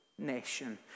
Nation